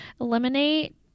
Eliminate